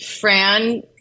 Fran